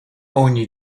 ogni